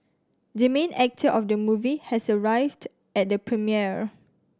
the main actor of the movie has arrived at premiere